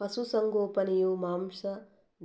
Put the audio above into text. ಪಶು ಸಂಗೋಪನೆಯು ಮಾಂಸ,